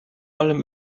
allem